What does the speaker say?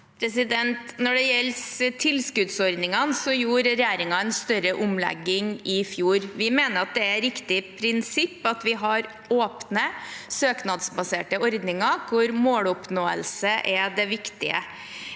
Når det gjelder tilskuddsordningene, gjorde regjeringen en større omlegging i fjor. Vi mener det er et riktig prinsipp at vi har åpne, søknadsbaserte ordninger der måloppnåelse er det viktige.